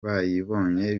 bayibonye